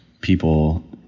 people